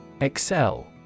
Excel